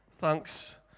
Thanks